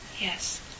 Yes